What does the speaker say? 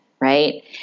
Right